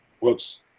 Whoops